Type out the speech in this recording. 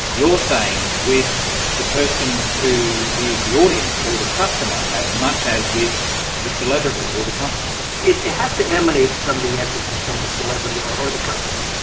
you're saying, with the person who is the audience or the customer, as much as with the celebrity or the company. it has to emanate from the entity, from the celebrity or or the company.